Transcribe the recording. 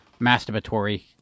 masturbatory